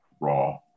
raw